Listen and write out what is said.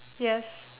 yes